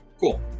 Cool